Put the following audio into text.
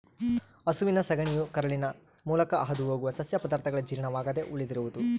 ಹಸುವಿನ ಸಗಣಿಯು ಕರುಳಿನ ಮೂಲಕ ಹಾದುಹೋಗುವ ಸಸ್ಯ ಪದಾರ್ಥಗಳ ಜೀರ್ಣವಾಗದೆ ಉಳಿದಿರುವುದು